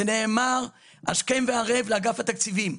זה נאמר השכם וערב לאגף התקציבים.